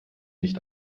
nicht